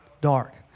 Dark